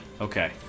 Okay